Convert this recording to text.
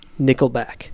Nickelback